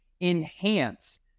enhance